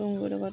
তুঁহগুৰি লগত